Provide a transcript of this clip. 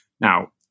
Now